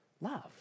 love